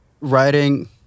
writing